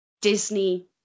Disney